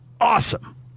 awesome